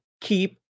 keep